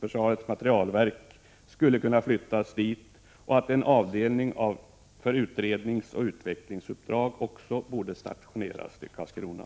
försvarets materielverk skulle kunna flyttas dit och att en avdelning för utredningsoch utvecklingsuppdrag också borde stationeras till Karlskrona.